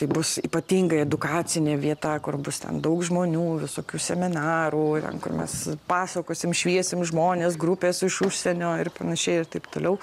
tai bus ypatingai edukacinė vieta kur bus ten daug žmonių visokių seminarų ten kur mes pasakosim šviesim žmones grupes iš užsienio ir panašiai ir taip toliau